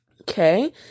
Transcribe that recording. Okay